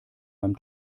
beim